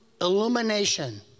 illumination